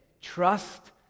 trust